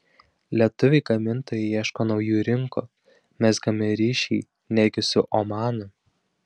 lietuviai gamintojai ieško naujų rinkų mezgami ryšiai netgi su omanu